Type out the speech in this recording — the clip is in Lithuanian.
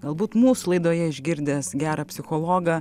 galbūt mūsų laidoje išgirdęs gerą psichologą